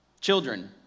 Children